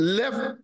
left